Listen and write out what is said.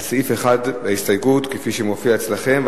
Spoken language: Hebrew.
לסעיף 1, כפי שמופיע אצלכם.